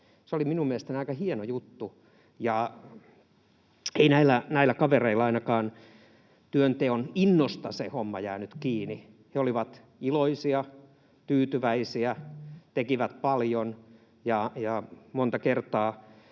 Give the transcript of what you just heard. Se oli minun mielestäni aika hieno juttu, ja ei näillä kavereilla ainakaan työnteon innosta se homma jäänyt kiinni. He olivat iloisia, tyytyväisiä, tekivät paljon ja monta kertaa